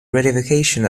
ratification